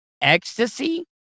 ecstasy